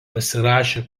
pasirašė